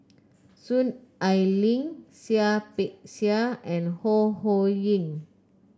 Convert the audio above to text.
Soon Ai Ling Seah Peck Seah and Ho Ho Ying